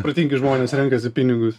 protingi žmonės renkasi pinigus